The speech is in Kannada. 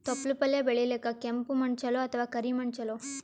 ತೊಪ್ಲಪಲ್ಯ ಬೆಳೆಯಲಿಕ ಕೆಂಪು ಮಣ್ಣು ಚಲೋ ಅಥವ ಕರಿ ಮಣ್ಣು ಚಲೋ?